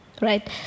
Right